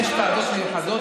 יש ועדות מיוחדות,